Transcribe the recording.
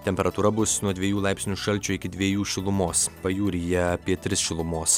temperatūra bus nuo dviejų laipsnių šalčio iki dviejų šilumos pajūryje apie tris šilumos